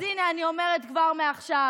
אז הינה, אני אומרת כבר מעכשיו,